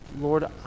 Lord